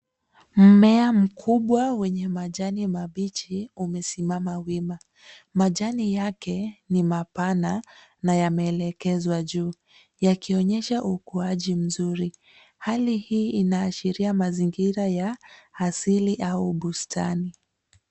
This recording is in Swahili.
Mmea mkubwa wenye majani mabichi, umesimama wima .Majani yake ni mapana na yameelekezwa juu, yakionyesha ukuaji mzuri. Hali hii inaashiria mazingira ya asili au bustani.